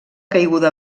caiguda